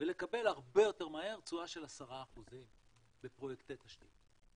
ולקבל הרבה יותר מהר תשואה של 10% בפרויקטי תשתית?